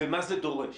ומה זה דורש.